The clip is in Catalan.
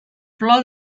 plor